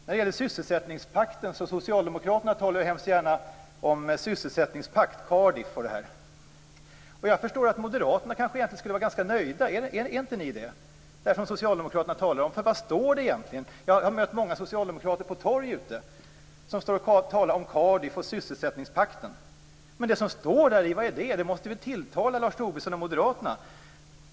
När det gäller sysselsättningspakten talar socialdemokraterna hemskt gärna om sysselsättningspakten i Cardiff. Och jag förstår att moderaterna egentligen skulle kunna vara ganska nöjda. Är ni inte det? Vad står det egentligen i den? Jag har mött många socialdemokrater på gator och torg ute som talar om Cardiff och sysselsättningspakten. Men det som står där måste väl tilltala Lars Tobisson och moderaterna.